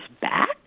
back